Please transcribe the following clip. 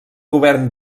govern